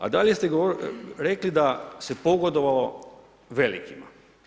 A dalje ste rekli da se pogodovalo velikima.